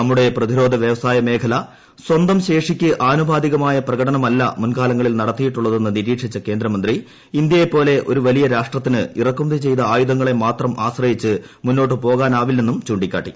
നമ്മുടെ പ്രതിരോധ വൃവസായ മേഖല സ്വന്തം ശേഷിയ്ക്ക് ആനുപാതികമായ പ്രകടനമല്ല മുൻകാലങ്ങളിൽ നടത്തിയിട്ടുളളതെന്ന് നിരീക്ഷിച്ച കേന്ദ്രമന്ത്രി ഇന്ത്യയെപ്പോലുള്ള ഒരു വലിയ രാഷ്ട്രത്തിന് ഇറക്കുമതി ചെയ്ത ആയുധങ്ങളെ മാത്രം ആശ്രയിച്ച് മുന്നോട്ട് പോകാനാവില്ലെന്നും ചുണ്ടിക്കാട്ടി